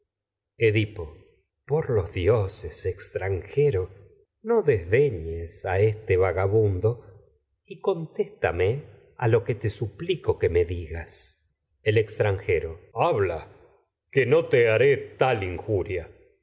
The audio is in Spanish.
edipo este por los y dioses extranjero a no desdeñes a vagabundo contéstame lo que te suplico que me digas extranjero el habla es que no te haré tal injuria